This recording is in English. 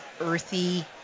earthy